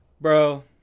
bro